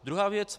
Druhá věc.